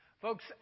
Folks